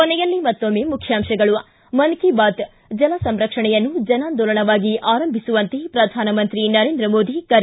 ಕೊನೆಯಲ್ಲಿ ಮತ್ತೊಮ್ಮೆ ಮುಖ್ಯಾಂಶಗಳು ಿ ಮನ್ ಕಿ ಬಾತ್ ಜಲ ಸಂರಕ್ಷಣೆಯನ್ನು ಜನಾಂದೋಲನವಾಗಿ ಆರಂಭಿಸುವಂತೆ ಪ್ರಧಾನಮಂತ್ರಿ ನರೇಂದ್ರ ಮೋದಿ ಕರೆ